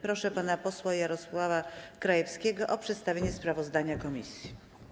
Proszę pana posła Jarosława Krajewskiego o przedstawienie sprawozdania komisji.